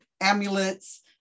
amulets